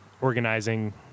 organizing